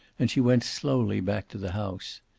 and she went slowly back to the house.